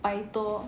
百多